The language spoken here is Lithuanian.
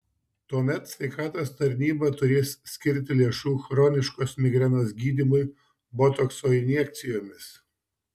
tuomet sveikatos tarnyba turės skirti lėšų chroniškos migrenos gydymui botokso injekcijomis